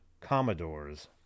Commodores